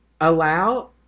Allow